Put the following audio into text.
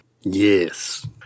Yes